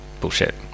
bullshit